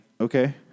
Okay